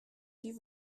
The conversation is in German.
die